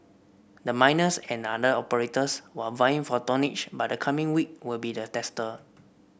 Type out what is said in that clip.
the miners and other operators were vying for tonnage but the coming week will be the tester